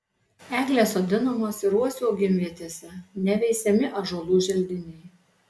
eglės sodinamos ir uosių augimvietėse neveisiami ąžuolų želdiniai